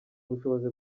ubushobozi